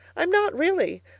i'm not, really,